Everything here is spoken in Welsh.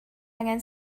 angen